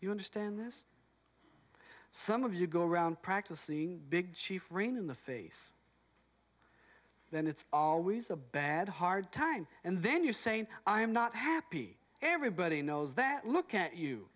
you understand this some of you go around practicing big chief rain in the face then it's always a bad hard time and then you're saying i am not happy everybody knows that look at you